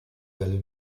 del